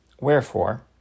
Wherefore